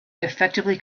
effectively